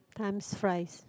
times flies